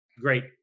great